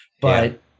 But-